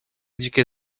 dzikie